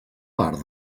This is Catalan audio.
part